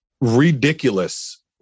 ridiculous